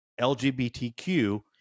LGBTQ